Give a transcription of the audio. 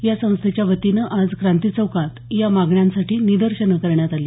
या संस्थेच्या वतीनं आज क्रांती चौकात यासाठी निदर्शनं करण्यात आली